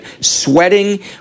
sweating